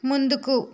ముందుకు